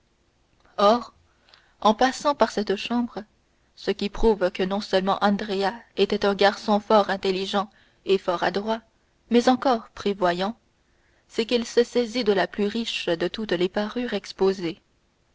or en passant par cette chambre ce qui prouve que non seulement andrea était un garçon fort intelligent et fort adroit mais encore prévoyant c'est qu'il se saisit de la plus riche de toutes les parures exposées